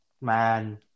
man